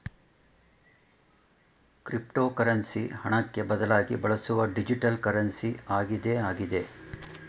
cryptocurrency ಹಣಕ್ಕೆ ಬದಲಾಗಿ ಬಳಸುವ ಡಿಜಿಟಲ್ ಕರೆನ್ಸಿ ಆಗಿದೆ ಆಗಿದೆ